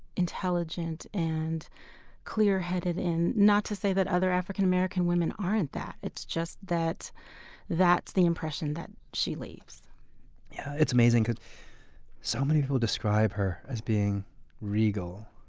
intelligent, and clear-headed. not to say that other african american women aren't that. it's just that that's the impression that she leaves it's amazing because so many people describe her as being regal.